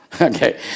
okay